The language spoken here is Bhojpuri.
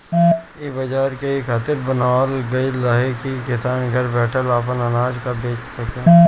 इ बाजार के इ खातिर बनावल गईल रहे की किसान घर बैठल आपन अनाज के बेचा सके